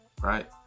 Right